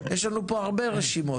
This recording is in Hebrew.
יש לנו פה הרבה רשימות,